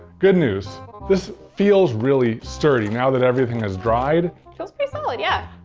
good news this feels really sturdy now that everything has dried. feels pretty solid, yeah.